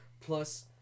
Plus